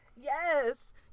Yes